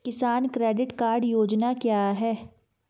किसान credit card योजना क्या है?